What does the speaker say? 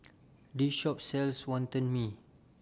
This Shop sells Wonton Mee